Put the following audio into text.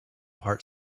part